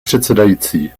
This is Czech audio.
předsedající